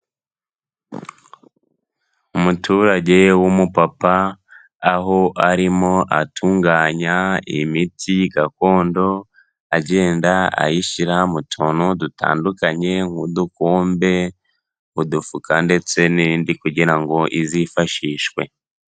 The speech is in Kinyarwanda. Umuturage w'umupapa, aho arimo atunganya imiti gakondo agenda ayishyira mu tuntu dutandukanye nk'udukombe udufuka ndetse n'indi kugira ngo izifashishwe.